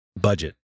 Budget